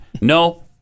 No